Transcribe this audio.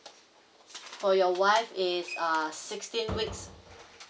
for your wife is uh sixteen weeks